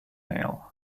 nail